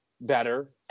better